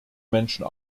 menschen